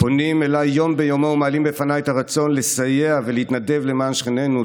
פונים אליי יום ביומו ומעלים בפניי את הרצון לסייע ולהתנדב למען שכנינו,